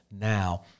now